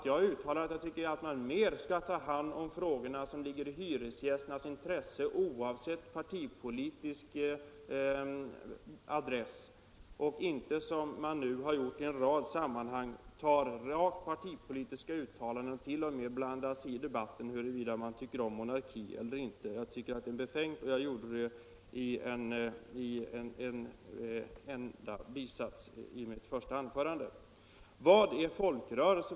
Jag uttalade att jag tycker att man mera skall ägna sig åt de frågor som ligger i hyresgästernas intresse oavsett partipolitisk adress — och inte, så som man nu har gjort i en rad sammanhang, komma med rent partipolitiska uttalanden och t.o.m. blanda sig i debatten om huruvida vi skall ha monarki eller inte. Sådant tycker jag är befängt, men det sade jag i en enda bisats i mitt första anförande. Vad är folkrörelse?